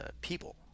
people